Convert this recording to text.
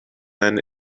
men